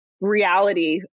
reality